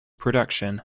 production